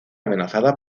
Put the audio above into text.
amenazada